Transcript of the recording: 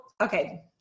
okay